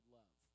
love